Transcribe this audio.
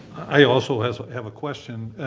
i also have have a question.